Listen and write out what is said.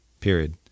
period